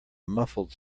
muffled